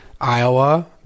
Iowa